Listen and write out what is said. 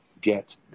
get